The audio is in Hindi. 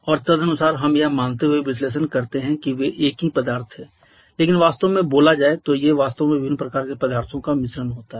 और तदनुसार हम यह मानते हुए विश्लेषण करते हैं कि वे एक ही पदार्थ थे लेकिन वास्तव में बोला जाये तो वे वास्तव में विभिन्न प्रकार के पदार्थों का मिश्रण होता हैं